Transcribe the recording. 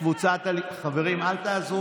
קבוצת סיעת הליכוד, חברי הכנסת